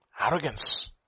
arrogance